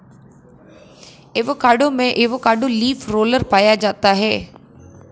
avocado में avocado leaf roller पाया जाता है